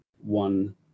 one